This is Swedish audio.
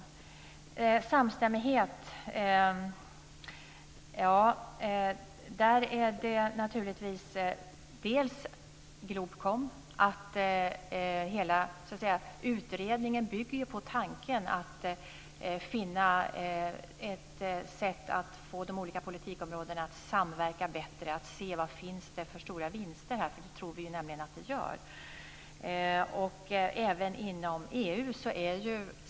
Vad gäller samstämmighet hänvisar jag till GLOBKOM, den utredning som arbetar på att finna ett sätt att få de olika politikområdena att samverka bättre. Vi tror att det här finns stora vinster att göra.